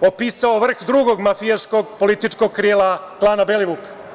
opisao vrh drugog mafijaškog, političkog krila klana Belivuk.